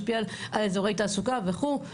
משפיע על אזורי תעסוקה וכו'.